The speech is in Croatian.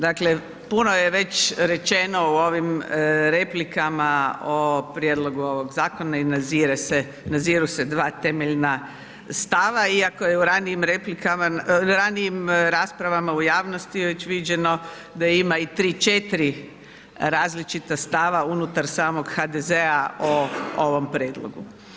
Dakle, puno je već rečeno u ovim replikama o prijedlogu ovoga zakona i naziru se dva temeljna stava iako je u ranijim raspravama u javnosti već viđeno da ima 3, 4 različita stava unutar samog HDZ-a o ovom prijedlogu.